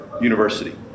University